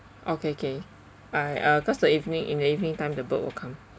okay okay I ah cause the evening in the evening time the bird will come